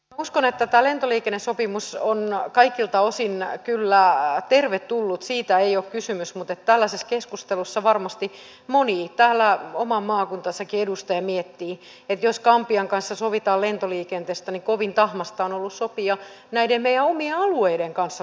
uskon että tämä lentoliikennesopimus on kaikilta osin kyllä tervetullut siitä ei ole kysymys mutta tällaisessa keskustelussa varmasti moni omaa maakuntaansakin edustava miettii että jos gambian kanssa sovitaan lentoliikenteestä niin kovin tahmaista on ollut sopia näiden meidän omien alueidemme kanssa lentoliikenteestä